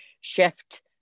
shift